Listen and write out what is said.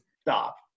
Stop